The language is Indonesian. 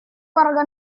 warga